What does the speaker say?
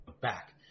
back